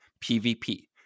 pvp